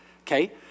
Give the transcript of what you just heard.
okay